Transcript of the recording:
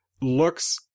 looks